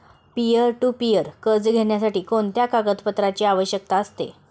Peer to peer कर्ज घेण्यासाठी कोणत्या कागदपत्रांची आवश्यकता असेल?